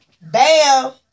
Bam